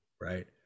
right